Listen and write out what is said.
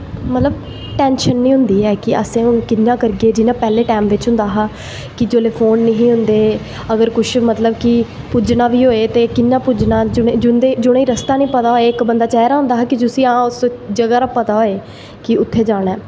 मतलब टेंशन निं होंदी ऐ कि असें कि'यां करगे जि'यां पैह्लें टैम बिच होंदा हा कि जेल्लै फोन निं हे होंदे अगर कुछ मतलब कि पुज्जना बी होऐ ते कि'यां पुज्जना जि'नें ई रस्ता निं पता होऐ इक बंदा जा दा होंदा हा कि जिसी जगह् दा पता होऐ कि उत्थें जाना ऐ